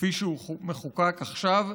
כפי שהוא מחוקק עכשיו,